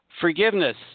Forgiveness